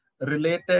related